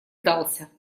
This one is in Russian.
сдался